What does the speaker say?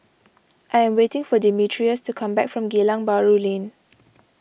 I am waiting for Demetrius to come back from Geylang Bahru Lane